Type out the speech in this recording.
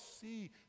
see